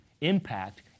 impact